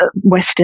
Western